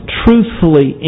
truthfully